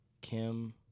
Kim